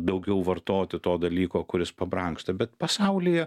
daugiau vartoti to dalyko kuris pabrangsta bet pasaulyje